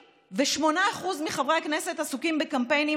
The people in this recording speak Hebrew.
98% מחברי הכנסת עסוקים בקמפיינים